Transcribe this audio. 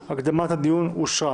אין אושר.